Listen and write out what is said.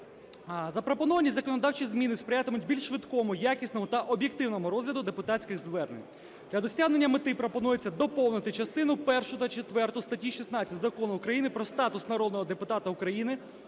Запропоновані законодавчі зміни сприятимуть більш швидкому, якісному та об'єктивному розгляду депутатських звернень. Для досягнення мети пропонується доповнити частину першу та четверту статті 16 Закону України "Про статус народного депутата України"